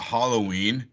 Halloween